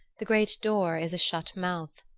the great door is a shut mouth.